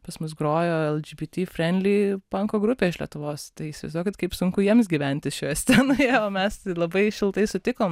pas mus grojo lgbt friendly panko grupė iš lietuvos tai įsivaizduokit kaip sunku jiems gyventi šioje scenoje o mes tai labai šiltai sutikom